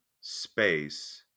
space